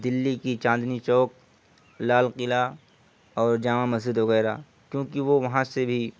دِلّی کی چاندنی چوک لال قلعہ اور جامع مسجد وغیرہ کیونکہ وہ وہاں سے بھی